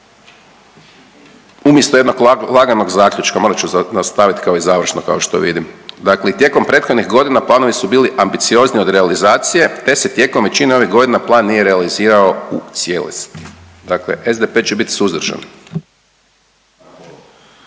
umjesto jednog laganog zaključka morat ću nastavit kao i završno kao što vidim, dakle tijekom prethodnih godina planovi su bili ambiciozniji od realizacije te se tijekom većine ovih godina plan nije realizirao u cijelosti. Dakle, SDP će bit suzdržan.